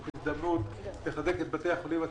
זאת הזדמנות לחזק את בתי החולים הציבוריים.